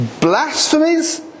blasphemies